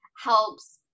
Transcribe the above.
helps